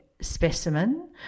specimen